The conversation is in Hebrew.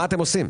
מה אתם עושים?